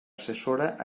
assessora